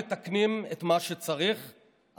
אנחנו מחזקים בימים אלה את מעמדה של ישראל